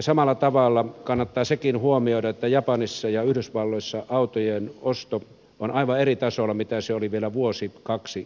samalla tavalla kannattaa sekin huomioida että japanissa ja yhdysvalloissa autojen osto on aivan eri tasolla kuin mitä se oli vielä vuosi kaksi sitten